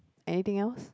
anything else